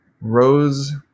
Rose